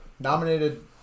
nominated